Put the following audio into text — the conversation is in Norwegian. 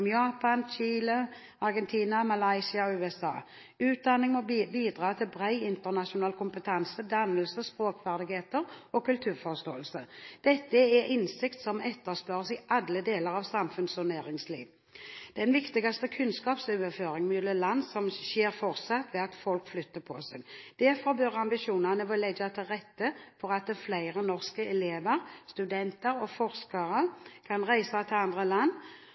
Japan, Chile, Argentina, Malaysia og USA. Utdanning må bidra til bred internasjonal kompetanse, dannelse, språkferdigheter og kulturforståelse. Dette er innsikt som etterspørres i alle deler av samfunns- og næringsliv. Den viktigste kunnskapsoverføring mellom land skjer fortsatt ved at folk flytter på seg. Derfor bør ambisjonen være å legge til rette for at flere norske elever, studenter og forskere kan reise til andre land,